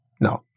No